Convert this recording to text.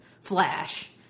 flash